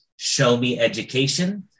ShowMeEducation